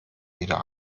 wieder